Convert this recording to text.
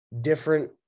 different